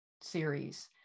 series